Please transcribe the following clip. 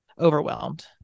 overwhelmed